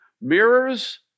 Mirrors